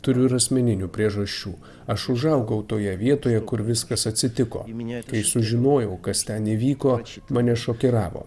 turiu ir asmeninių priežasčių aš užaugau toje vietoje kur viskas atsitiko kai sužinojau kas ten įvyko mane šokiravo